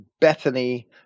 Bethany